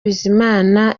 bizimana